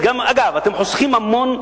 אתם חוסכים המון.